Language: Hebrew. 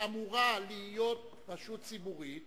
שאמורה להיות רשות ציבורית,